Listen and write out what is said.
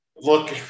look